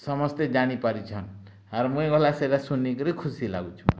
ସମସ୍ତେ ଜାନିପାରିଛନ୍ ଆର୍ ମୁଇଁ ଗଲା ସେଟା ଶୁନିକିରି ଖୁସି ଲାଗୁଛୁଁ